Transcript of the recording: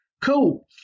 Cool